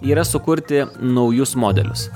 yra sukurti naujus modelius